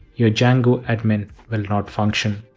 your django admin will not function!